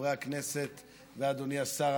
חברי הכנסת ואדוני השר,